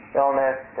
illness